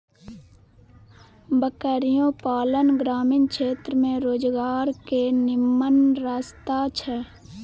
बकरियो पालन ग्रामीण क्षेत्र में रोजगार के निम्मन रस्ता छइ